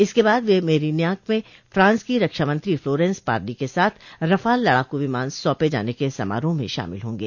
इसके बाद वे मेरिन्याक में फ्रांस की रक्षामंत्री फ्लोरेंस पार्ली के साथ रफाल लडाकू विमान सौपें जाने के समारोह में शामिल होंगे